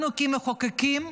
אנחנו כמחוקקים,